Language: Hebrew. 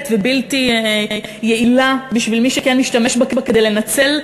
ובלתי יעילה בשביל מי שכן משתמש בה כדי לנצל,